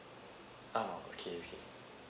ah okay okay